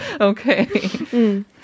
Okay